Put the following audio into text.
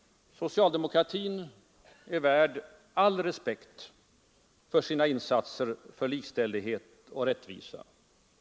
Socialdemokratin är värd all respekt och beundran för sina insatser för likställdhet och rättvisa.